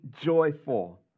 joyful